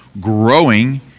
growing